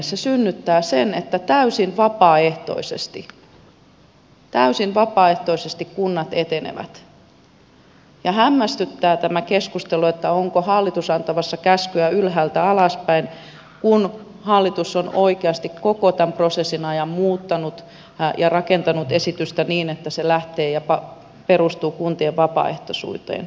se synnyttää sen että täysin vapaaehtoisesti täysin vapaaehtoisesti kunnat etenevät ja hämmästyttää tämä keskustelu että onko hallitus antamassa käskyä ylhäältä alaspäin kun hallitus on oikeasti koko tämän prosessin ajan muuttanut ja rakentanut esitystä niin että se perustuu kuntien vapaaehtoisuuteen